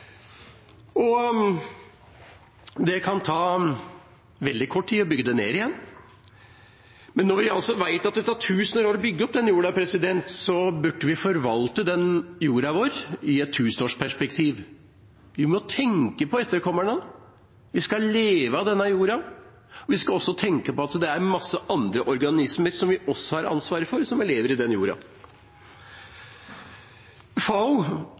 Det kan ta veldig kort tid å bygge det ned igjen. Når vi altså vet at det tar tusener av år å bygge opp jorda, burde vi forvalte jorda vår i et tusenårsperspektiv. Vi må tenke på etterkommerne. Vi skal leve av denne jorda. Vi skal også tenke på at det er mange andre organismer vi også har ansvaret for, som lever i denne jorda. FNs FAO